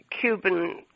Cuban